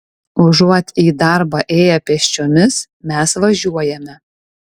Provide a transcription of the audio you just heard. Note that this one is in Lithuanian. užuot į darbą ėję pėsčiomis mes važiuojame